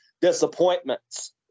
disappointments